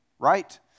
right